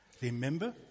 Remember